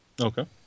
okay